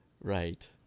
Right